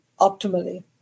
optimally